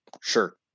Sure